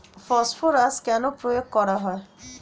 Phosphorus কেন প্রয়োগ করা হয়?